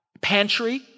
pantry